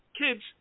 kids